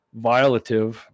violative